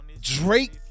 Drake